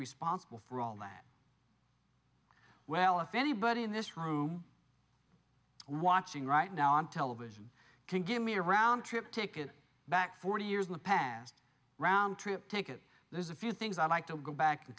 responsible for all that well if anybody in this room watching right now on television can give me a round trip ticket back forty years in the past roundtrip take it there's a few things i'd like to go back and